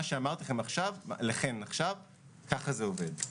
מה שאמרתי לכם עכשיו, ככה זה עובד.